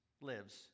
lives